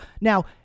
Now